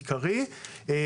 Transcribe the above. בעיקר במפעלי מיון.